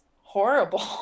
horrible